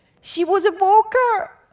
she was a walker.